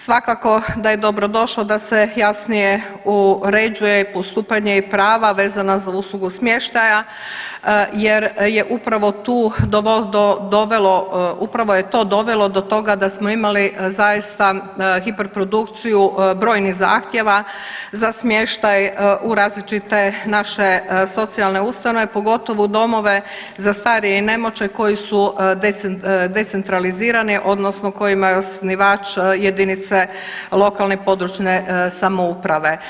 Svakako da je dobro došlo da se jasnije uređuje i postupanje i prava vezana za uslugu smještaja jer je upravo tu dovelo, upravo je to dovelo do toga da smo imali zaista hiperprodukciju brojnih zahtjeva za smještaj u različite naše socijalne ustanove, pogotovo u domove za starije i nemoćne koji su decentralizirani odnosno kojima je osnivač jedinice lokalne i područne samouprave.